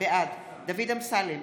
בעד דוד אמסלם,